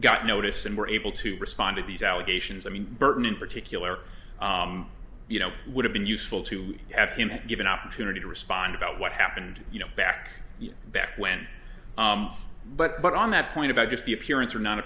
got notice and were able to respond to these allegations i mean burton in particular you know would have been useful to have him give an opportunity to respond about what happened you know back back when but on that point about just the appearance or no